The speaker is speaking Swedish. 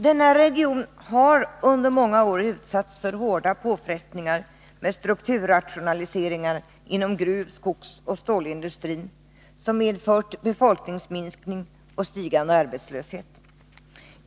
Denna region har under många år utsatts för hårda påfrestningar med strukturrationaliseringar inom gruv-, skogsoch stålindustrin, som medfört befolkningsminskning och stigande arbetslöshet.